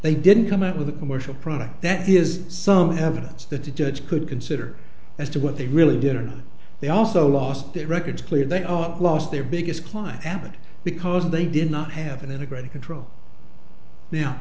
they didn't come out with a commercial product that is some evidence that the judge could consider as to what they really did or they also lost their records clear they are lost their biggest client happened because they did not have an integrated control